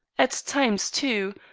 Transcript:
at times, too,